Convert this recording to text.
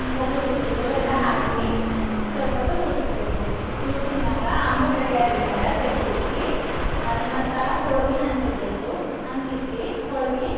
ಕೊಬ್ಬರಿ ಕುಟ್ಟಿದ್ದು ಎಲ್ಲ ಹಾಕಿ ಸ್ವಲ್ಪೊತ್ತು ಕುದಿಸ್ಬೇಕು ಕುದ್ಸಿದ್ಮ್ಯಾಗ ಆಂಬೂರು ರೆಡಿ ಆಗಿದ್ಮ್ಯಾಗ ತೆಗೆದಿಕ್ಕಿ ಅದು ಮತ್ತು ಹೋಳ್ಗೆ ಹಂಚಿಡ್ಬೇಕು ಹಂಚಿಕ್ಕಿ ಹೋಳ್ಗೆ